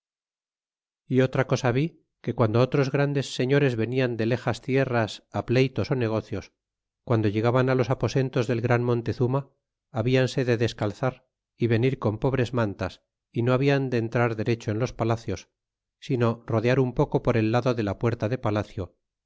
e otra cosa vi que guando otros grandes señores venian de lexas tierras pleytos ó negocios guando llegaban los aposentos del gran montezuma habianse de descalzar é venir con pobres mantas y no hablan de entrar derecho en los palacios sino rodear un poco por el lado de la puerta de palacio